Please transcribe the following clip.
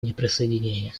неприсоединения